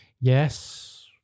Yes